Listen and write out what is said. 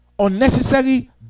unnecessary